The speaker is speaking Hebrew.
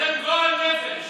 אתם גועל נפש.